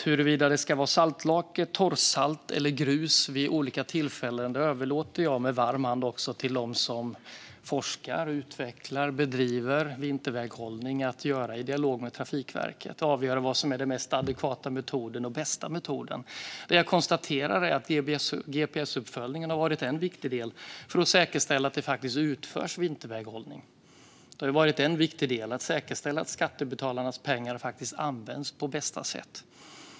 Huruvida det ska vara saltlake, torrsalt eller grus vid olika tillfällen överlåter jag med varm hand till dem som forskar, utvecklar och bedriver vinterväghållning att avgöra i dialog med Trafikverket så att den mest adekvata och bästa metoden används. Gps-uppföljningen har varit en viktig del för att säkerställa att det faktiskt utförs vinterväghållning och säkerställa att skattebetalarnas pengar faktiskt används på bästa sätt.